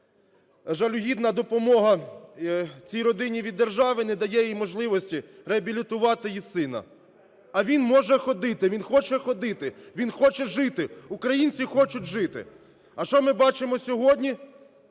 Жалюгідна допомога цій родині від держави не дає їй можливості реабілітувати її сина, а він може ходити, він хоче ходити, він хоче жити. Українці хочуть жити. А що ми бачимо сьогодні?